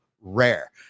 rare